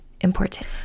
important